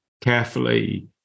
carefully